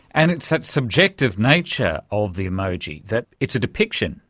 and it's that subjective nature of the emoji, that it's a depiction,